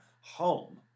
home